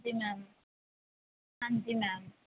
ਹਾਂਜੀ ਮੈਮ ਹਾਂਜੀ ਮੈਮ